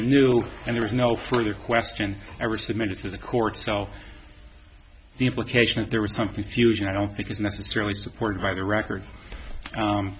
a new and there was no further question ever submitted to the court so the implication that there was some confusion i don't think is necessarily supported by the record